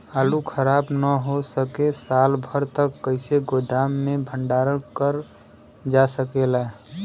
आलू खराब न हो सके साल भर तक कइसे गोदाम मे भण्डारण कर जा सकेला?